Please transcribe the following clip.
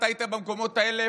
אתה היית במקומות האלה,